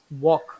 walk